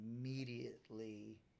immediately